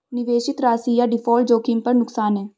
निवेशित राशि या डिफ़ॉल्ट जोखिम पर नुकसान है